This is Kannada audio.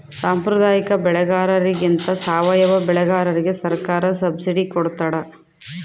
ಸಾಂಪ್ರದಾಯಿಕ ಬೆಳೆಗಾರರಿಗಿಂತ ಸಾವಯವ ಬೆಳೆಗಾರರಿಗೆ ಸರ್ಕಾರ ಸಬ್ಸಿಡಿ ಕೊಡ್ತಡ